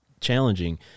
challenging